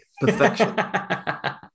Perfection